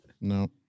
no